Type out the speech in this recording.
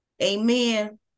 amen